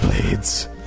blades